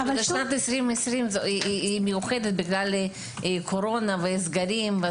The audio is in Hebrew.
אבל שנת 2020 היא שנה מיוחדת בגלל הקורונה והסגרים.